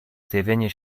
zjawienie